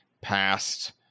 past